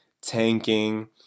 tanking